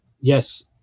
yes